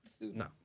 No